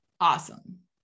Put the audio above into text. Awesome